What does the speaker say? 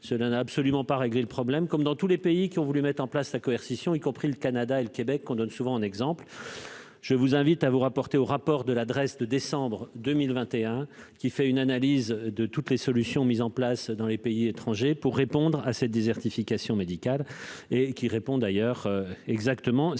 cela n'a absolument pas réglé le problème, comme dans tous les pays qui ont voulu mettre en place la coercition, y compris au Canada et au Québec, que l'on cite souvent en exemple. Je vous invite à vous reporter au rapport de la Drees de décembre 2021, qui fait une analyse de toutes les solutions mises en place dans les pays étrangers pour répondre à la désertification médicale. Les solutions proposées sont